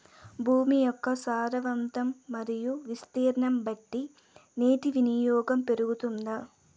భూమి యొక్క సారవంతం మరియు విస్తీర్ణం బట్టి నీటి వినియోగం పెరుగుతుందా?